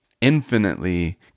infinitely